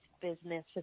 business